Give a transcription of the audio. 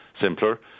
simpler